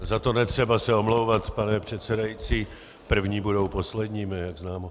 Za to netřeba se omlouvat, pane předsedající, první budou posledními, jak známo.